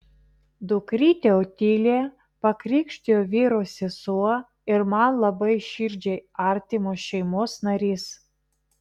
dukrytę otiliją pakrikštijo vyro sesuo ir man labai širdžiai artimos šeimos narys